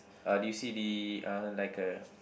uh do you see the uh like a